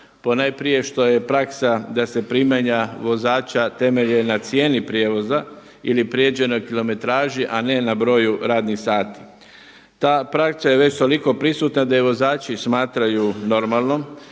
ponajprije što je praksa da se primanja vozača temelje na cijeni prijevoza ili pređenoj kilometraži a ne na broju radnih sati. Ta praksa je već toliko prisutna da ju vozači smatraju normalnom